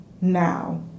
now